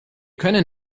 können